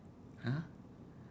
!huh!